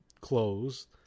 closed